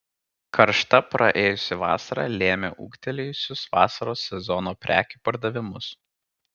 karšta praėjusi vasara lėmė ūgtelėjusius vasaros sezono prekių pardavimus